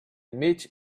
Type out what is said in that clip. met